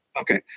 Okay